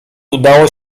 udało